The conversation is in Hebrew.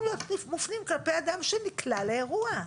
להיות מופנים כלפי אדם שנקלע לאירוע.